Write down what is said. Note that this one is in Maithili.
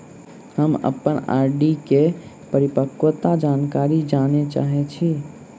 हम अप्पन आर.डी केँ परिपक्वता जानकारी जानऽ चाहै छी